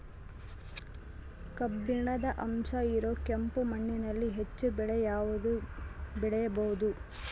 ಕಬ್ಬಿಣದ ಅಂಶ ಇರೋ ಕೆಂಪು ಮಣ್ಣಿನಲ್ಲಿ ಹೆಚ್ಚು ಬೆಳೆ ಯಾವುದು ಬೆಳಿಬೋದು?